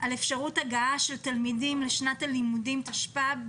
על אפשרות הגעה של תלמידים לשנת הלימודים תשפ"ה,